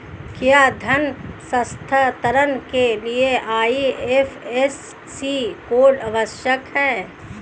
क्या धन हस्तांतरण के लिए आई.एफ.एस.सी कोड आवश्यक है?